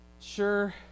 sure